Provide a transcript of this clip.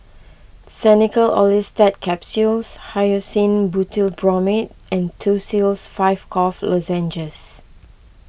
Xenical Orlistat Capsules Hyoscine Butylbromide and Tussils five Cough Lozenges